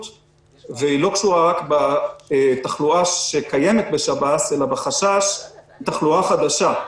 והיא לא קשורה רק בתחלואה שקיימת בשב"ס אלא בחשש מפני תחלואה חדשה,